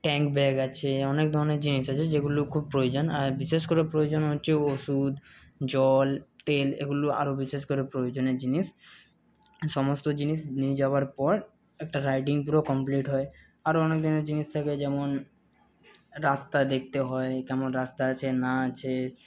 tank bag আছে অনেক ধরনের জিনিস আছে যেগুলো খুব প্রয়োজন আর বিশেষ করে প্রয়োজন হচ্ছে ওষুধ জল তেল এগুলো আরও বিশেষ করে প্রয়োজনের জিনিস সমস্ত জিনিস নিয়ে যাওয়ার পর একটা রাইডিং পুরো কমপ্লিট হয় আরও অনেক ধরনের জিনিস থাকে যেমন রাস্তা দেখতে হয় কেমন রাস্তা আছে না আছে